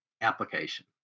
application